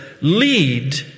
lead